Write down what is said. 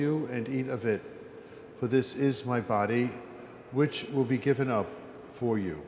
you and eat of it for this is my body which will be given up for you